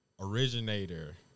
originator